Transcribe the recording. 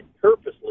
purposely